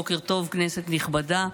בוקר טוב, כנסת נכבדה.